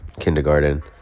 kindergarten